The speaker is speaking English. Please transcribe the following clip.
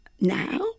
now